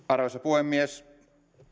arvoisa puhemies